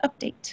update